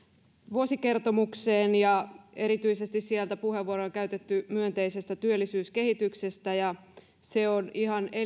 vuosikertomukseen erityisesti puheenvuoroja on käytetty myönteisestä työllisyyskehityksestä se on ihan